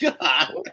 God